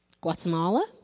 Guatemala